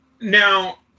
Now